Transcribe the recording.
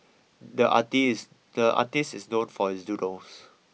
the artist the artist is known for his doodles